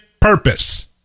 purpose